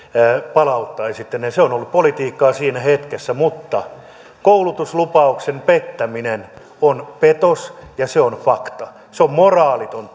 palauttaisitte ne se on ollut politiikkaa siinä hetkessä mutta koulutuslupauksen pettäminen on petos ja se on fakta se on moraaliton